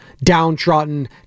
downtrodden